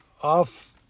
off